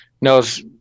knows